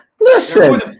Listen